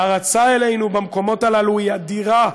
ההערצה אלינו במקומות הללו היא אדירה,